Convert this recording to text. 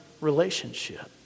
relationship